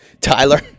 Tyler